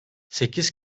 sekiz